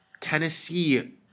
Tennessee